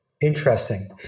Interesting